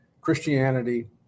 Christianity